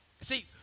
See